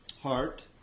Heart